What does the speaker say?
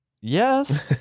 Yes